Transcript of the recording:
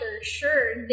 sure